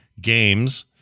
games